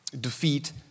defeat